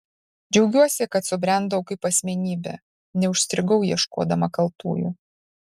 džiaugiuosi kad subrendau kaip asmenybė neužstrigau ieškodama kaltųjų